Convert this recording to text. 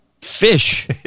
Fish